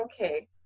okay